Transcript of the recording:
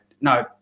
No